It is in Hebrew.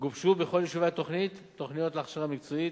גובשו בכל יישובי התוכנית תוכניות להכשרה מקצועית,